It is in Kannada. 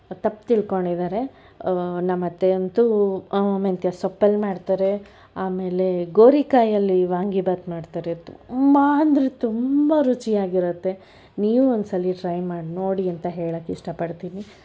ತಪ್ಪು ತಿಳ್ಕೊಂಡಿದ್ದಾರೆ ನಮ್ಮತ್ತೆ ಅಂತು ಮೆಂತ್ಯ ಸೊಪ್ಪಲ್ಲಿ ಮಾಡ್ತಾರೆ ಆಮೇಲೆ ಗೋರಿಕಾಯಿಯಲ್ಲಿ ವಾಂಗಿಬಾತ್ ಮಾಡ್ತಾರೆ ತುಂಬ ಅಂದರೆ ತುಂಬ ರುಚಿಯಾಗಿರುತ್ತೆ ನೀವು ಒಂದ್ಸಲಿ ಟ್ರೈ ಮಾಡಿನೋಡಿ ಅಂತ ಹೇಳೋಕ್ಕೆ ಇಷ್ಟಪಡ್ತೀನಿ